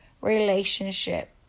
relationship